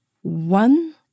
One